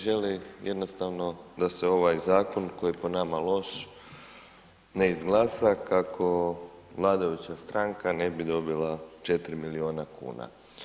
Želi jednostavno da se ovaj zakon, koji je po nama loš ne izglasa, kako vladajuća stanka ne bi dobila 4 milijuna kuna.